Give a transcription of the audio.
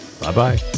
Bye-bye